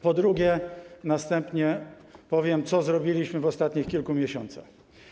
Po drugie, następnie powiem, co zrobiliśmy w ostatnich kilku miesiącach.